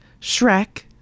Shrek